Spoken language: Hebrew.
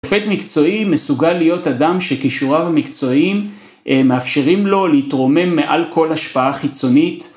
שופט מקצועי מסוגל להיות אדם שכישוריו המקצועיים מאפשרים לו להתרומם מעל כל השפעה חיצונית.